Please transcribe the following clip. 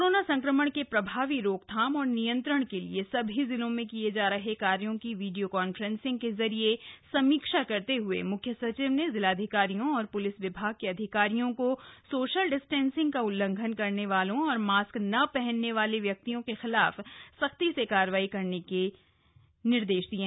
corona संक्रमण के प्रभावी रोकथाम और नियंत्रण के लिए सभी जिलों में किए जा रहे कार्यो की वीडियो कॉन्फ्रेंसिंग के जरिये समीक्षा करते हए मुख्य सचिव ने जिलाधिकारियों और प्लिस विभाग के अधिकारियों को सोशल डिस्टेंसिंग का उल्लंघन करने वालों और मास्क न पहनने वाले व्यक्तियों के खिलाफ संख्ती से कार्रवाई करने के साथ ही नियमानुसार मुकदमा पंजीकृत करने के निर्देश दिये